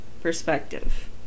perspective